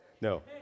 No